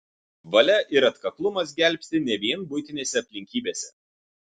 valia ir atkaklumas gelbsti ne vien buitinėse aplinkybėse